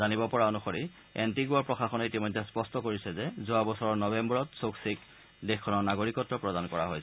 জানিব পৰা অনুসৰি এণ্টিগুৱা প্ৰশাসনে ইতিমধ্যে স্পষ্ট কৰিছে যে যোৱা বছৰৰ নৱেম্বৰত চোক্চিক দেশখনৰ নাগৰিকত্ব প্ৰদান কৰা হৈছিল